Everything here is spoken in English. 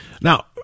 now